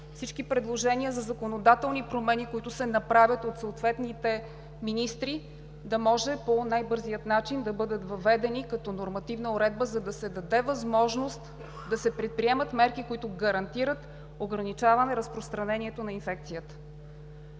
Всички предложения за законодателни промени, които се направят от съответните министри, да може по най-бързия начин да бъдат въведени като нормативна уредба, за да се даде възможност да се предприемат мерки, които гарантират ограничаване разпространението на инфекцията.